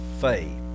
faith